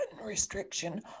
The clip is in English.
restriction